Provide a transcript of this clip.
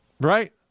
Right